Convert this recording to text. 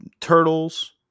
Turtles